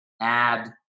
add